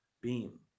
beam